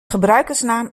gebruikersnaam